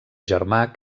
germà